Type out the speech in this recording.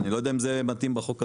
לא ידע אם זה מתאים בחוק הזה.